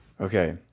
Okay